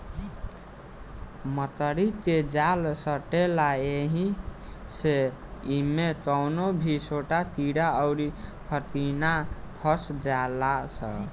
मकड़ी के जाल सटेला ऐही से इमे कवनो भी छोट कीड़ा अउर फतीनगा फस जाले सा